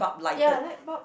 ya light bulb